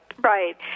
right